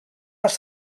les